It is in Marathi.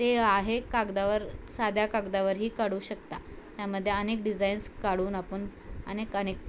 ते आहे कागदावर साध्या कागदावरही काढू शकता त्यामध्ये अनेक डिझाईन्स काढून आपण अनेक अनेक